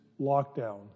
lockdown